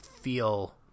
feel